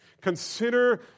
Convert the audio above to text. Consider